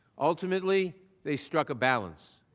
ultimately they struck a balance.